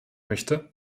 möchte